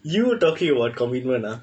you talking about commitment ah